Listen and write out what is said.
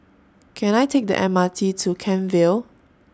Can I Take The M R T to Kent Vale